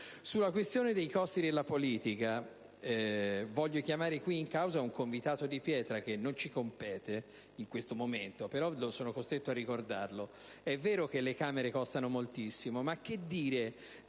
alla questione dei costi della politica. Voglio chiamare in causa un convitato di pietra, che non ci compete in questo momento, ma che sono costretto a ricordare. È vero che le Camere costano moltissimo, ma che dire